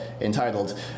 entitled